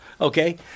okay